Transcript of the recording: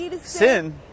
Sin